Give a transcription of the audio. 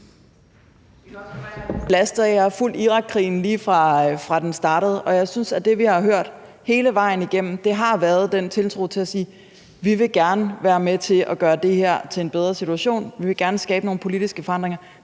at jeg har fulgt Irakkrigen, lige fra den startede, og jeg synes, at det, vi har hørt hele vejen igennem, har været: Vi vil gerne være med til at skabe en bedre situation; vi vil gerne skabe nogle politiske forandringer.